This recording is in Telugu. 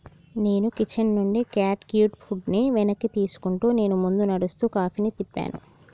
నేను కిచెన్ నుండి క్యాట్ క్యూట్ ఫుడ్ని వెనక్కి తీసుకుంటూ నేను ముందు నడుస్తూ కాఫీని తిప్పాను